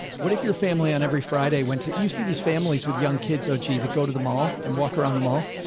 what if your family on every friday, when you see these families with young kids, oh, gee, that go to the mall and walk around the mall.